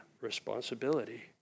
responsibility